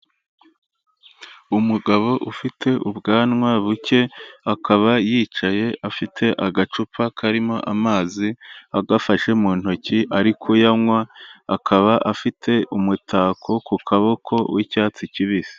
Umugabo ufite ubwanwa buke, akaba yicaye afite agacupa karimo amazi, agafashe mu ntoki ari kuyanywa, akaba afite umutako ku kaboko w'icyatsi kibisi.